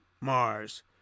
Mars